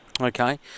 Okay